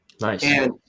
Nice